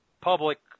public